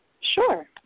Sure